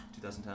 2010